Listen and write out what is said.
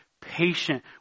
patient